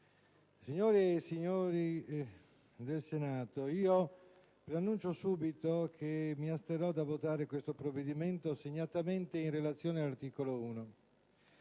Presidente, signori senatori, vi annuncio sin da subito che mi asterrò dal votare questo provvedimento, segnatamente in relazione all'articolo 1.